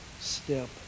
step